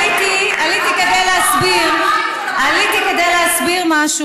עליתי כדי להסביר משהו.